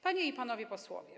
Panie i Panowie Posłowie!